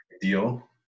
Deal